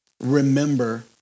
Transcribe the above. remember